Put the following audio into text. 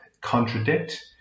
contradict